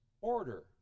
order